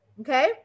okay